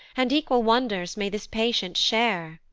and equal wonders may this patient share.